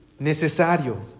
necesario